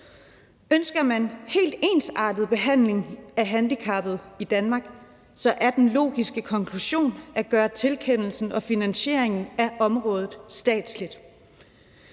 Ønsker man helt ensartet behandling af handicappede i Danmark, er den logiske konklusion at gøre tilkendelsen og finansieringen af området statsligt.